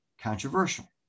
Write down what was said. controversial